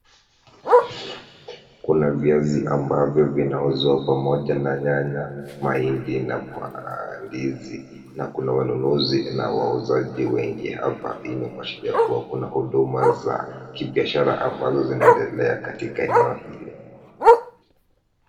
Kuna viazi ambavyo vinauzwa pamoja na nyanya, mahindi na ndizi na kuna wanunuzi na wauzaji wengi hapa. Hii ni kuashiria kuwa kuna huduma za kibiashara ambazo zinaendelea katika eneo hili.